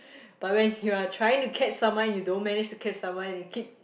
but when you're trying to catch someone you don't manage to catch someone and you keep